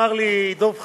אמר לי דב חנין,